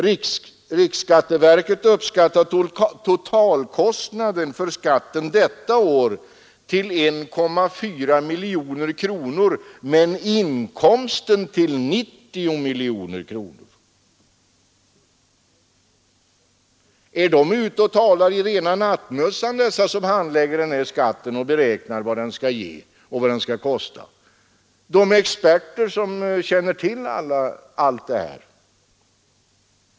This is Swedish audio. Riksskatteverket uppskattar totalkostnaden för skatten detta år till 1,4 miljoner kronor och inkomsten till 90 miljoner kronor. Är de experter som handlägger skattefrågorna och som beräknar vad skatten skall ge och vad den skall kosta ute och talar i nattmössan?